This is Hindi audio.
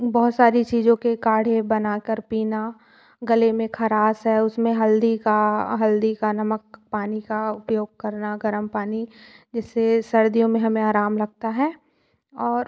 बहउत सारी चीज़ों के काढे़ बना कर पीना गले में ख़राश है उसमें हल्दी का हल्दी का नमक पानी का उपयोग करना गर्म पानी जिससे सर्दियों में हमें आराम लगता है और